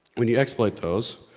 when you exploit those